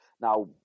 now